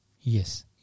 Yes